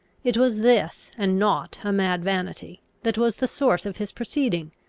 it was this, and not a mad vanity, that was the source of his proceeding.